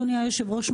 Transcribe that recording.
אדוני היושב-ראש,